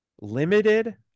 limited